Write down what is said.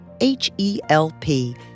H-E-L-P